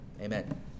Amen